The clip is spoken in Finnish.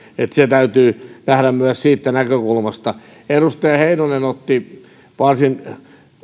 se täytyy nähdä myös siitä näkökulmasta edustaja heinonen otti varsin